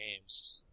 games